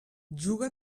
juga